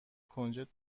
کنجد